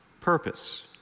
purpose